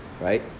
right